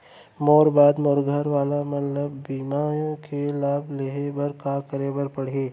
मोर बाद मोर घर वाला मन ला मोर बीमा के लाभ लेहे बर का करे पड़ही?